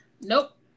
nope